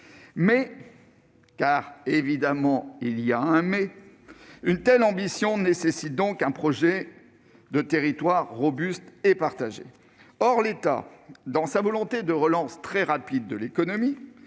Mais- évidemment, il y a un « mais »! -une telle ambition nécessite un projet de territoire robuste et partagé. Or l'État, dans sa volonté de relancer rapidement l'économie,